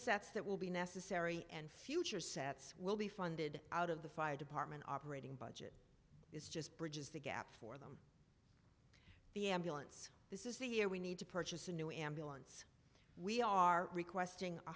sets that will be necessary and future sets will be funded out of the fire department operating budget is just bridges the gap for them the ambulance this is the year we need to purchase a new ambulance we are requesting